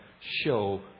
show